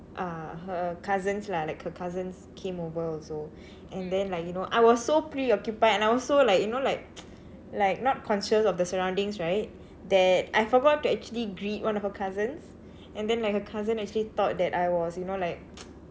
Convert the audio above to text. uh her cousins lah like her cousins came over also and then like you know I was so preoccupied and I was so like you know like like not conscious of the surroundings right that I forgot to actually greet one of her cousins and then like her cousin actually thought that I was you know like